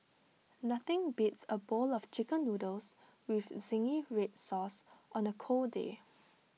nothing beats A bowl of Chicken Noodles with Zingy Red Sauce on A cold day